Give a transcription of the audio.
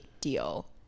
deal